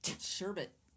Sherbet